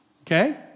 Okay